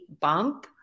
bump